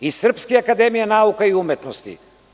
I Srpske akademija nauka i umetnosti.